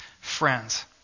Friends